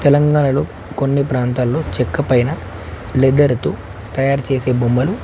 తెలంగాణలో కొన్ని ప్రాంతాల్లో చెక్క పైన లెదర్తో తయారు చేసే బొమ్మలు